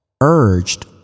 urged